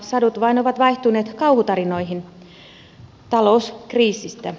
sadut vaan ovat vaihtuneet kauhutarinoihin talouskriisistä